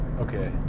Okay